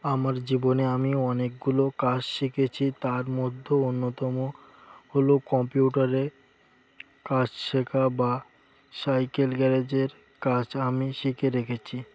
আমার জীবনে আমি অনেকগুলো কাজ শিখেছি তার মধ্যে অন্যতম হল কম্পিউটারে কাজ শেখা বা সাইকেল গ্যারেজের কাজ আমি শিখে রেখেছি